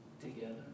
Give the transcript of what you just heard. together